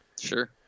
Sure